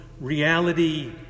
reality